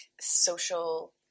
social